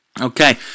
Okay